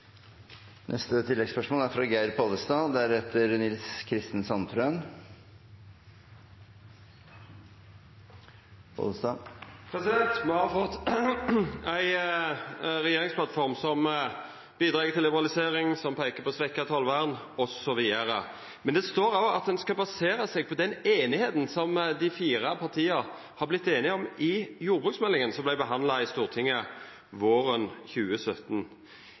Geir Pollestad – til oppfølgingsspørsmål. Me har fått ei regjeringsplattform som bidreg til liberalisering, som peiker på svekt tollvern osv. Men det står òg at ein skal basera seg på det som dei fire partia vart einige om i jordbruksmeldinga som vart behandla våren 2017. Etter at meldinga vart behandla våren 2017,